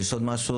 עוד משהו?